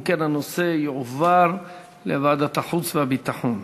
אם כן, הנושא יועבר לוועדת החוץ והביטחון.